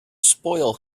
spoil